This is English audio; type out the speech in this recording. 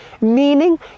meaning